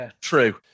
True